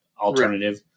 alternative